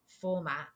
format